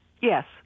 Yes